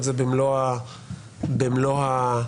היו מגיעים לממשלה והממשלה הייתה דנה.